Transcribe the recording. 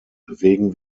bewegen